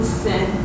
sin